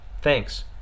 Thanks